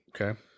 okay